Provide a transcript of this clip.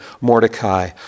Mordecai